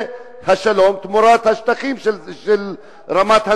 זה השלום תמורת השטחים של רמת-הגולן.